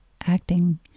acting